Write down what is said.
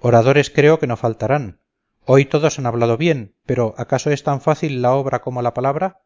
oradores creo que no faltarán hoy todos han hablado bien pero acaso es tan fácil la obra como la palabra